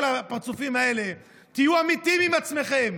כל הפרצופים האלה: תהיו אמיתיים עם עצמכם.